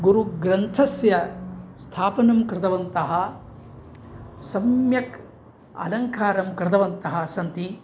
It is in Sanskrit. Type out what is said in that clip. गुरुग्रन्थस्य स्थापनं कृतवन्तः सम्यक् अलङ्कारं कृतवन्तः सन्ति